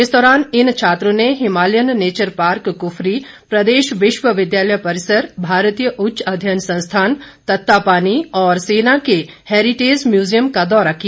इस दौरान इन छात्रों ने हिमालयन नेचर पार्क क्फरी प्रदेश विश्वविद्यालय परिसर भारतीय उच्च अध्ययन संस्थान तत्तापानी और सेना के हेरिटेज म्यूजियम का दौरा किया